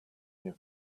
here